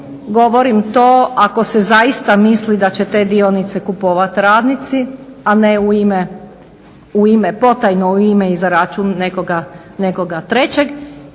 govorim to ako se zaista misli da će te dionice kupovati radnici, a ne u ime potajno u ime i za račun nekoga trećeg.